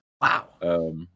Wow